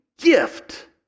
gift